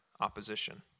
opposition